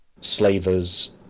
slavers